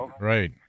right